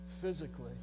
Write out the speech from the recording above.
physically